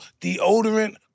deodorant